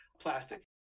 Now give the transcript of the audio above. plastic